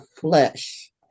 flesh